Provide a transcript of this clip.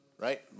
right